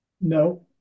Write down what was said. No